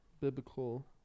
biblical